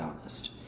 honest